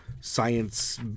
science